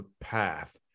path